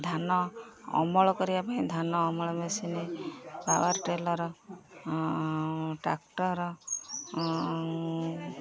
ଧାନ ଅମଳ କରିବା ପାଇଁ ଧାନ ଅମଳ ମେସିନ୍ ପାୱାର୍ ଟିଲର୍ ଟ୍ରାକ୍ଟର